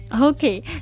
okay